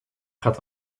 gaat